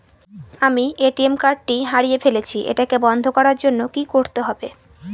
আমি ATM card টি হারিয়ে ফেলেছি এটাকে বন্ধ করার জন্য কি করতে হবে?